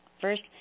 first